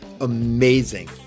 amazing